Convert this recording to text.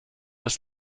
das